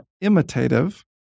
imitative